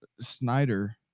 Snyder